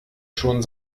schon